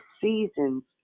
seasons